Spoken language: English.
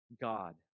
God